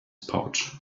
pouch